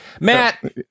Matt